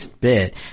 bit